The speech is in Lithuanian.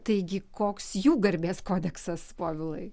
taigi koks jų garbės kodeksas povilai